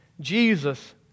Jesus